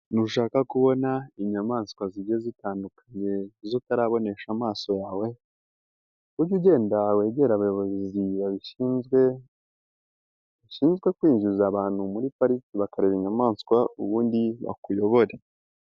Nushaka kubona inyamaswa zigiye zitandukanye izo utarabonesha amaso yawe, ujye ugenda wegere abayobozi babishinzwe, bashinzwe kwinjiza abantu muri parike bakareba inyamaswa ubundi bakuyobore.